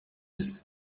greenhill